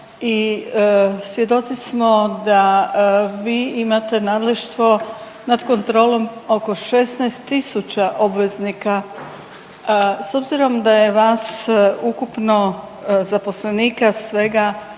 svjedoci smo da vi imate nadleštvo nad kontrolom oko 16.000 obveznika. S obzirom da je vas ukupno zaposlenika svega